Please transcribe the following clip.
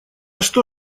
что